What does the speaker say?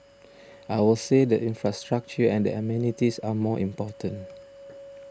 I would say the infrastructure and the amenities are more important